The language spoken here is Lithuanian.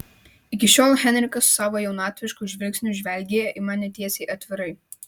iki šiol henrikas savo jaunatvišku žvilgsniu žvelgė į mane tiesiai atvirai